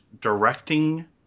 directing